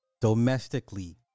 Domestically